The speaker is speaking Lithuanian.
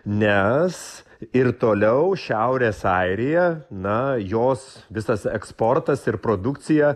nes ir toliau šiaurės airija na jos visas eksportas ir produkcija